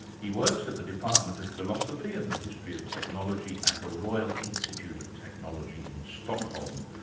he works at the department of philosophy and the history of technology at the royal institute of technology in stockholm,